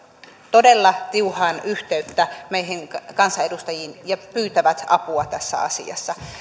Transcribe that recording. todella tiuhaan yhteyttä meihin kansanedustajiin ja pyytävät apua tässä asiassa